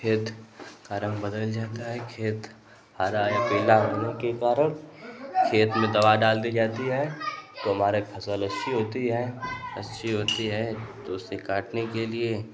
खेत का रंग बदल जाता है खेत हरा या पीला होने के कारण खेत में दवा डाल दी जाती है तो हमारे फसल अच्छी होती है अच्छी होती है तो उसे काटने के लिए